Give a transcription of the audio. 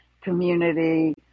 community